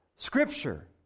Scripture